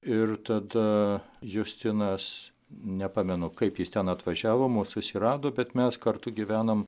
ir tada justinas nepamenu kaip jis ten atvažiavo mus susirado bet mes kartu gyvenom